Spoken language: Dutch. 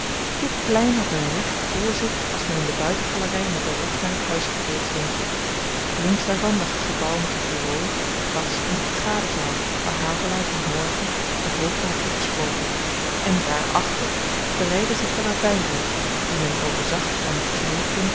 dit plein had men recht vr zich als men in de buiten galery met den rug naar t huis gekeerd stond links daarvan lag het gebouw met de bureaux de kas en de vergaderzaal waar havelaar dien morgen de hoofden had toegesproken en daar achter breidde zich de ravyn uit dien men overzag tot aan den